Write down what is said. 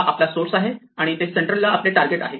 हा आपले सोर्स आहे आणि इथे सेंट्रल ला आपले टारगेट आहे